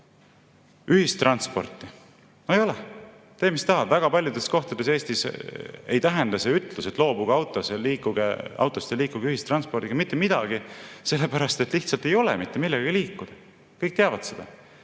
ühistransporti? No ei ole, tee, mis tahad. Väga paljudes kohtades Eestis ei tähenda see ütlus, et loobuge autost ja liikuge ühistranspordiga, mitte midagi, sellepärast et lihtsalt ei ole mitte millegagi liikuda. Kõik teavad seda.